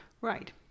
right